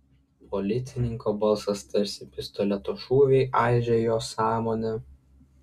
policininko balsas tarsi pistoleto šūviai aižė jo sąmonę